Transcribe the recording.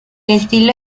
estilo